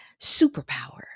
superpower